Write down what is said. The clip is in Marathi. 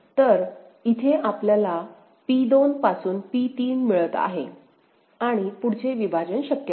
तर इथे आपल्याला P2 पासून P3 मिळत आहे आणि पुढचे विभाजन शक्य नाही